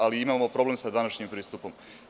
Ali, imamo problem sa današnjim pristupom.